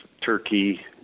Turkey